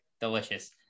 delicious